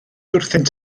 wrthynt